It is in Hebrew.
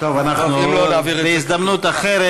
טוב, בהזדמנות אחרת.